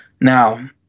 Now